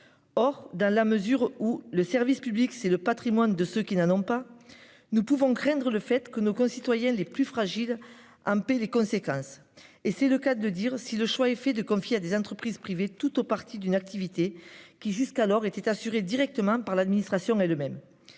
Or, dans la mesure où le service public, c'est le Patrimoine de ceux qui n'en ont pas. Nous pouvons craindre le fait que nos concitoyens les plus fragiles en paient les conséquences. Et c'est le cas de dire si le choix est fait de confier à des entreprises privées toutes au parti d'une activité qui jusqu'alors était assuré directement par l'administration et de même.